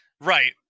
Right